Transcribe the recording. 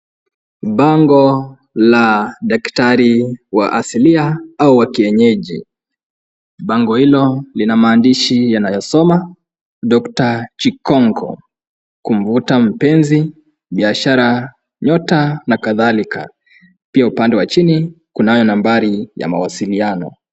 Bango la daktari wa asilia au kienyeji, bango hilo lina maandishi yanayosoma doctor Chikongo kumvuta mpenzi biashara nyota na kadhalika, pia upande wa chini kuna nambari ya mawasiliano.